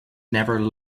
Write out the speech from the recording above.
never